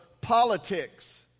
politics